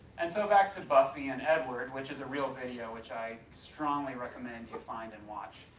and so back to buffy and edward which is a real video which i strongly recommend you find and watch,